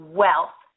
wealth